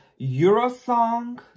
Eurosong